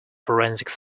forensic